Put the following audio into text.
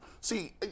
See